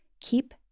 keep